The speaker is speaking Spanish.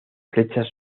flechas